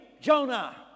Jonah